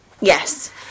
Yes